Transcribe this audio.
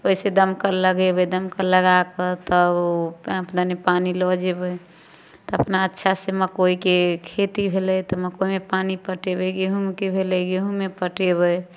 तऽ ओहिसँ दमकल लगेबै दमकल लगाकऽ तब पाइप दने पानी लऽ जेबै तऽ अपना अच्छासँ मकइके खेती भेलै तऽ मकइमे पानि पटेबै गहूमके भेलै गहूममे पटेबै